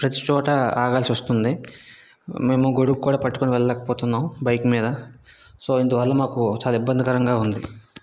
ప్రతి చోట ఆగాల్సి వస్తుంది మేము గొడుగు కూడా పట్టుకొని వెళ్ళలేక పోతున్నాము బైక్ మీద సో ఇందువల్ల మాకు చాలా ఇబ్బందికరంగా ఉంది